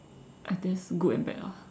I guess good and bad lah